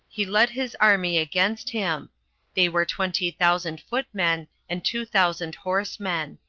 he led his army against him they were twenty thousand foot-men, and two thousand horsemen.